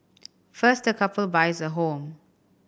first the couple buys a home